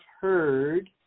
heard